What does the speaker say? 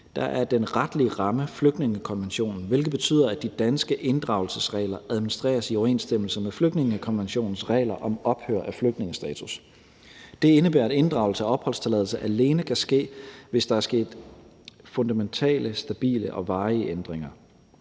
1 – er den retlige ramme flygtningekonventionen, hvilket betyder, at de danske inddragelsesregler administreres i overensstemmelse med flygtningekonventionens regler om ophør af flygtningestatus. Det indebærer, at inddragelse af opholdstilladelse alene kan ske, hvis der er sket fundamentale, stabile og varige ændringer.